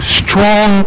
strong